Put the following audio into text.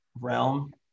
realm